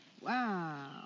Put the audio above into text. Wow